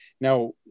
Now